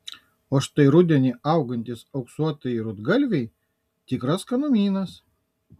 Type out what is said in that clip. o štai rudenį augantys auksuotieji rudgalviai tikras skanumynas